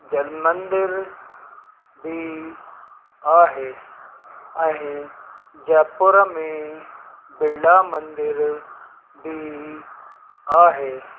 जल मंदर बि आहे ऐं जयपुर में बिरला मंदर बि आहे